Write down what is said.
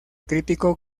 crítico